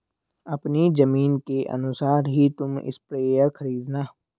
अपनी जमीन के अनुसार ही तुम स्प्रेयर खरीदना